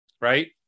right